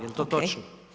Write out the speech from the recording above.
Jel' to točno?